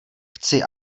chci